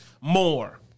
more